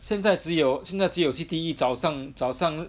现在只有现在只有 C_T_E 早上早上